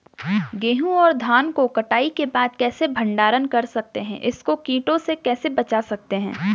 गेहूँ और धान को कटाई के बाद कैसे भंडारण कर सकते हैं इसको कीटों से कैसे बचा सकते हैं?